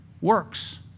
works